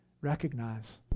Recognize